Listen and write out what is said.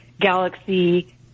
Galaxy